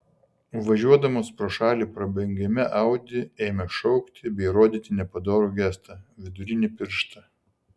važiuodamas pro šalį prabangiame audi ėmė šaukti bei rodyti nepadorų gestą vidurinį pirštą